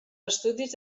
estudis